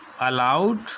allowed